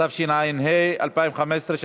התשע"ה 2015,